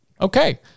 Okay